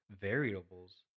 variables